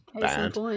bad